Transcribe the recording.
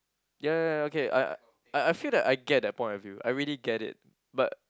ya ya ya okay I I I feel that I get that point of view I really get it but